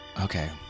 okay